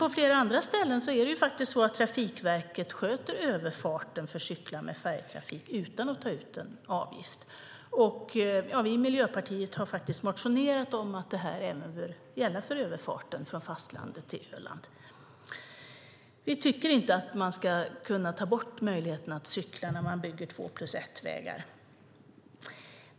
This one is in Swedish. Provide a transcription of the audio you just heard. På flera andra ställen är det faktiskt så att Trafikverket sköter överfarten för cyklar med färjetrafik utan att ta ut en avgift. Vi i Miljöpartiet har motionerat om att det även bör gälla för överfarten från fastlandet till Öland. Vi tycker inte att man ska kunna ta bort möjligheten att cykla när man bygger två-plus-ett-vägar.